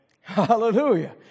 Hallelujah